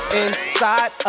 inside